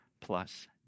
plus